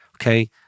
okay